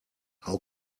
how